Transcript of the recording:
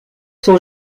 sont